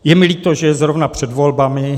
Je mi líto, že je zrovna před volbami.